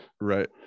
right